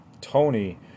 Tony